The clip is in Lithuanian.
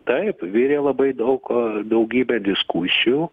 taip virė labai daug daugybė diskusijų